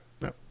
No